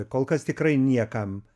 kol kas tikrai niekam